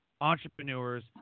entrepreneurs